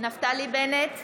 נפתלי בנט,